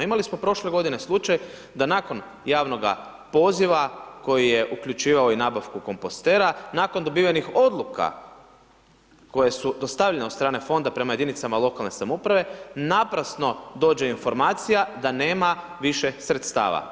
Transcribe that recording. Imali smo prošle godine slučaj da nakon javnog poziva koji je uključivao i nabavku kompostera, nakon dobivenih odluka koje su dostavljene od strane Fonda prema jedinicama lokalne samouprave, naprasno dođe informacija da nema više sredstava.